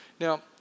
Now